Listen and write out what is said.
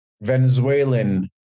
Venezuelan